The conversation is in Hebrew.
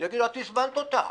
יגידו: את הזמנת אותה,